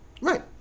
Right